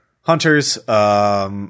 hunters